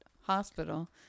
Hospital